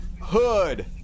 hood